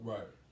Right